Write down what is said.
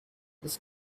this